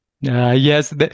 Yes